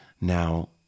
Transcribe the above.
Now